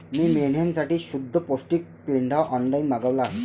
मी मेंढ्यांसाठी शुद्ध पौष्टिक पेंढा ऑनलाईन मागवला आहे